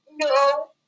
no